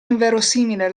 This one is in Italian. inverosimile